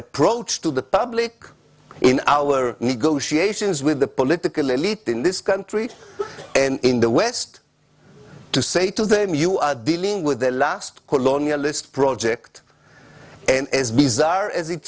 approach to the public in our negotiations with the political elite in this country and in the west to say to them you are dealing with the last colonialist project and as bizarre as it